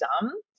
dumb